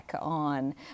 on